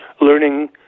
learning